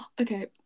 Okay